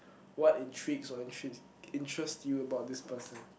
what intrigues or intrigues interests you about this person